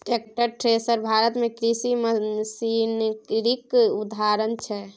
tractor, thresher Bharat मे कृषि मशीनरीक उदाहरण छै